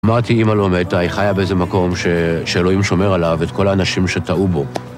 אמרתי, אמא לא מתה, היא חיה באיזה מקום שאלוהים שומר עליו, את כל האנשים שטעו בו.